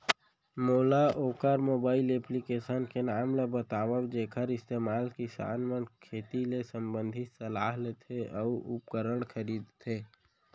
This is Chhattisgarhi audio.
मोला वोकर मोबाईल एप्लीकेशन के नाम ल बतावव जेखर इस्तेमाल किसान मन खेती ले संबंधित सलाह लेथे अऊ उपकरण खरीदथे?